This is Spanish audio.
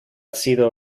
sido